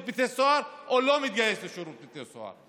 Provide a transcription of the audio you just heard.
בתי הסוהר או לא מתגייס לשירות בתי הסוהר.